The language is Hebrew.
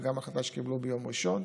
וגם החלטה שקיבלו ביום ראשון.